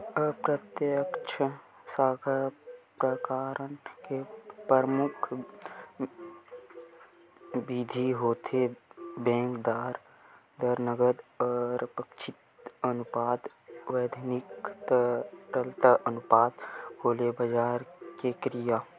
अप्रत्यक्छ साख उपकरन के परमुख बिधि होथे बेंक दर, नगद आरक्छित अनुपात, बैधानिक तरलता अनुपात, खुलेबजार के क्रिया